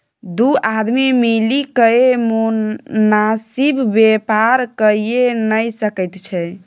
दू आदमी मिलिकए मोनासिब बेपार कइये नै सकैत छै